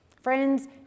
Friends